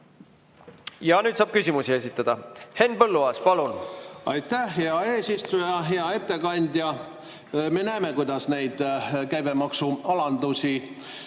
Nüüd saab küsimusi esitada. Henn Põlluaas, palun! Aitäh, hea eesistuja! Hea ettekandja! Me näeme, kuidas neid käibemaksualandusi